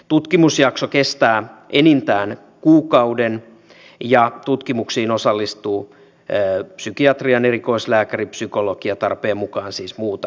tutkimusjakso kestää enintään kuukauden ja tutkimuksiin osallistuvat psykiatrian erikoislääkäri psykologi ja tarpeen mukaan siis muuta henkilökuntaa